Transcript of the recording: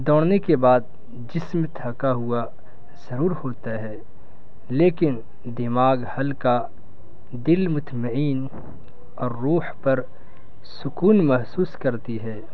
دوڑنے کے بعد جسم تھکا ہوا ضرور ہوتا ہے لیکن دماغ حل کاا دل متھمعئین اور روح پر سکون محسوس کرتی ہے